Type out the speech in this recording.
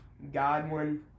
Godwin